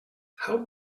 how